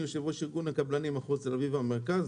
אני יושב-ראש ארגון הקבלנים במחוז תל אביב והמרכז,